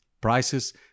Prices